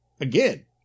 again